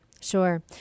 sure